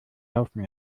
laufen